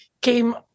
came